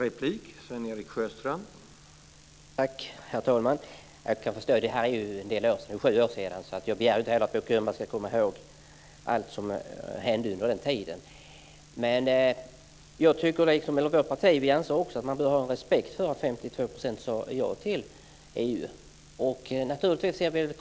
Herr talman! Jag kan förstå det. Det är ju sju år sedan, så jag begär inte heller att Bo Könberg ska komma ihåg allt som hände under den tiden. Vårt parti anser också att man bör ha respekt för att 52 % sade ja till EU.